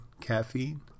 caffeine